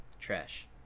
trash